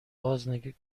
گذاشته